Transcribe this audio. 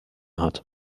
hat